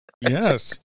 Yes